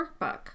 workbook